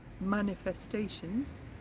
manifestations